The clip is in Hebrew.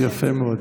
יפה מאוד.